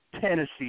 Tennessee